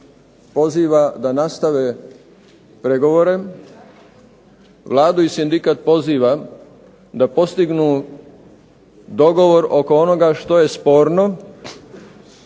poziva da nastave pregovore, Vladu i sindikat poziva da postignu dogovor oko onoga što je sporno.